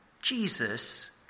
Jesus